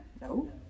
No